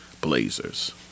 Blazers